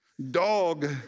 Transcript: Dog